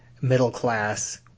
middle-class